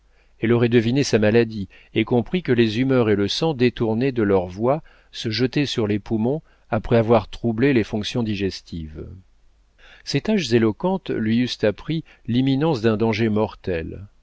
elle aurait deviné sa maladie et compris que les humeurs et le sang détournés de leur voie se jetaient sur les poumons après avoir troublé les fonctions digestives ces taches éloquentes lui eussent appris l'imminence d'un danger mortel